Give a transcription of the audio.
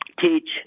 teach